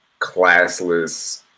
classless